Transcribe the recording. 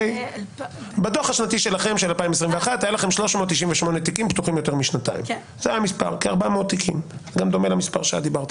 זה דומה למספר שאת דיברת עליו.